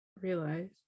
realize